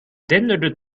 denderde